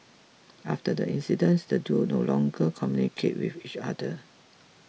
after the incident the duo no longer communicated with each other